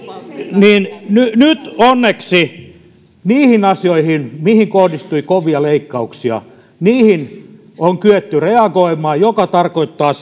nyt nyt onneksi niihin asioihin joihin kohdistui kovia leikkauksia on kyetty reagoimaan mikä tarkoittaa